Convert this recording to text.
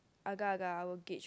agak agak I will guage